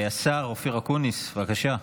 השר אופיר אקוניס, בבקשה.